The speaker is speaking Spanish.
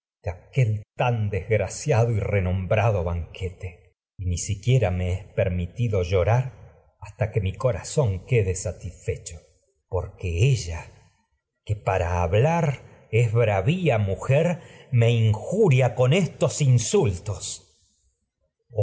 aquel tan desgraciado y renom brado hasta banquete y ni que siquiera me es permitido llorar porque mi corazón quede satisfecho ella que para hablar'es bravia mujer me injuria con estos insultos